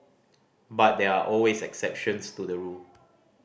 but there are always exceptions to the rule